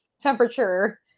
temperature